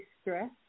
stress